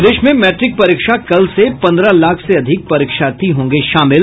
प्रदेश में मैट्रिक परीक्षा कल से पंद्रह लाख से अधिक परीक्षार्थी होंगे शामिल